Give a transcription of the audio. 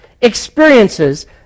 experiences